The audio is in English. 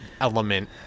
element